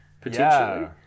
potentially